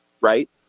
right